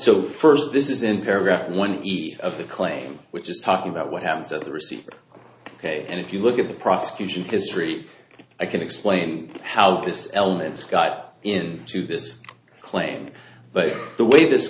so first this is in paragraph one of the claim which is talking about what happens at the receiver and if you look at the prosecution history i can explain how this element got in to this claim but the way this